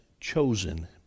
chosen